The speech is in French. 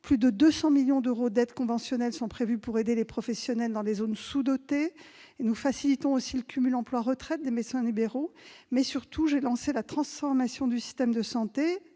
Plus de 200 millions d'euros d'aides conventionnelles sont prévus pour aider les professionnels dans les zones sous-dotées. Nous facilitons aussi le cumul emploi-retraite des médecins libéraux. Surtout, j'ai lancé, au mois de février dernier,